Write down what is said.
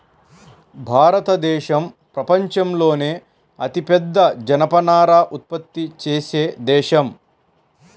భారతదేశం ప్రపంచంలోనే అతిపెద్ద జనపనార ఉత్పత్తి చేసే దేశం